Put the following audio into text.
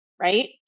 Right